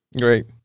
Great